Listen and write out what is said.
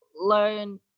learn